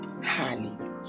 Hallelujah